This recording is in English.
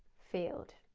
field.